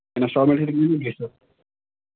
instalment گٔژھِتھ